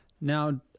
Now